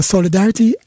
Solidarity